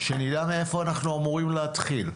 שנדע מאיפה אנחנו אמורים להתחיל.